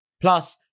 Plus